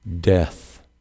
death